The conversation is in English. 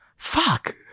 Fuck